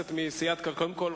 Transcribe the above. או, אני רואה שסיפרו לך, מר דנון.